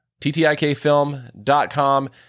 ttikfilm.com